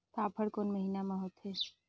फाफण कोन महीना म होथे?